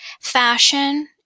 fashion